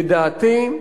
לדעתי,